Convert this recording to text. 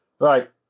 Right